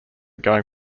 going